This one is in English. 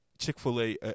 chick-fil-a